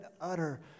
utter